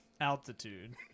altitude